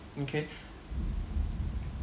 okay